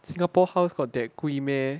singapore house got that 贵 meh